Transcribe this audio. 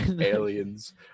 aliens